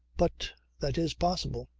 but that is possible.